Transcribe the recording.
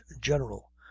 general